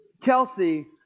Kelsey